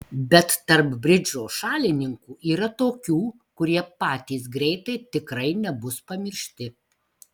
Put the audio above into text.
bet tarp bridžo šalininkų yra tokių kurie patys greitai tikrai nebus pamiršti